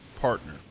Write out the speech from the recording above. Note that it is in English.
partner